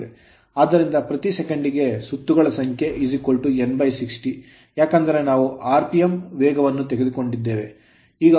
ಆದ್ದರಿಂದ ಪ್ರತಿ ಸೆಕೆಂಡಿಗೆ ಸುತ್ತುಗಳ ಸಂಖ್ಯೆN60 ಏಕೆಂದರೆ ನಾವು rpm ಆರ್ ಪಿಎಂನಲ್ಲಿ ವೇಗವನ್ನು ತೆಗೆದುಕೊಂಡಿದ್ದೇವೆ ನಿಮಿಷಕ್ಕೆ ಸುತ್ತು